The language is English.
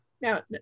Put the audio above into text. Now